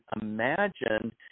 imagine